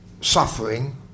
suffering